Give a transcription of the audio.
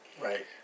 Right